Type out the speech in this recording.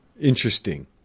Interesting